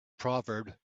proverb